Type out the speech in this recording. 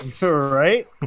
Right